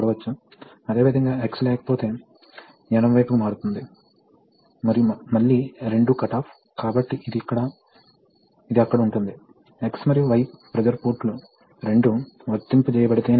వాస్తవానికి V A a అవుతుంది V అనేది ప్రవిహించిన వాల్యూమ్ A a ఇది ప్రయాణించిన దూరం విలువ ఇది ఇంటూ A ఎక్స్ పెల్ అయిన వాల్యూమ్ అవుతుంది కాబట్టి ఇది A V A a A a A 1 1 K K కాబట్టి A K K 1 అవును కాబట్టి ఇది K V గా ఉంటుంది